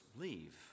leave